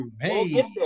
Hey